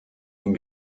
den